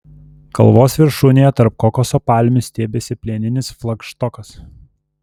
kalvos viršūnėje tarp kokoso palmių stiebėsi plieninis flagštokas